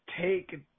take